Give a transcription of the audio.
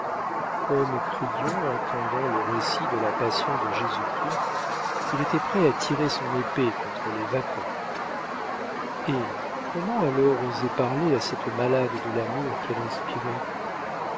comme crillon entendant le récit de la passion de jésus-christ il était prêt à tirer son épée contre les vapeurs hé comment alors oser parler à cette malade de l'amour qu'elle inspirait